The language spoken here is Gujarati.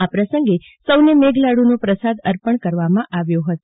આ પ્રસંગે સૌને મેઘલાડુનો પ્રસાદ અર્પણ કરવામાં આવ્યો હતો